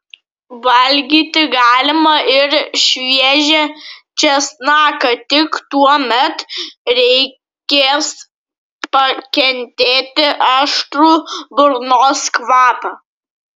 valgyti galima ir šviežią česnaką tik tuomet reikės pakentėti aštrų burnos kvapą